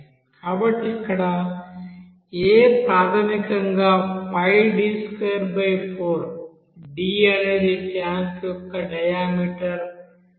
కాబట్టి ఇక్కడ A ప్రాథమికంగా D24 D అనేది ట్యాంక్ యొక్క డయా మీటర్ m